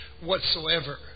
whatsoever